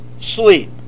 sleep